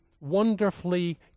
wonderfully